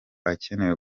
akenewe